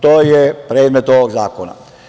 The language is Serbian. To je predmet ovog zakona.